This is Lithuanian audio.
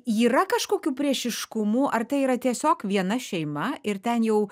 yra kažkokių priešiškumų ar tai yra tiesiog viena šeima ir ten jau